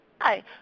Hi